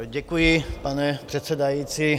Děkuji, pane předsedající.